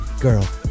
Girl